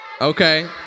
Okay